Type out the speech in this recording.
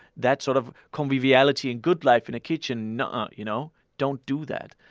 that sort of conviviality and good life in a kitchen nuh-uh. you know don't do that.